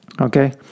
Okay